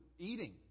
Eating